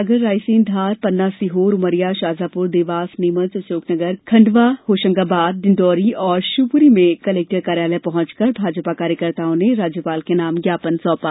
आगरमालवा सागर रायसेनधार पन्ना सीहोर उमरिया शाजापुर देवास नीमच अशोकनगर छतरपुरखण्डवा होशंगाबाद डिण्डौरी और शिवपुरी में कलेक्टर कार्यालय पहुंचकर भाजपा कार्यकर्ताओं ने राज्यपाल के नाम ज्ञापन सौंपा